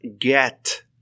get